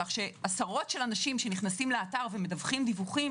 כך שעשרות אנשים שנכנסים לאתר ומדווחים דיווחים